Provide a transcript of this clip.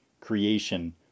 creation